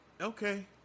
Okay